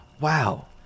wow